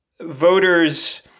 voters